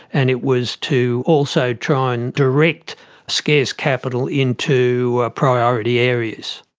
and it was to also try and direct scarce capital into priority areas.